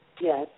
Yes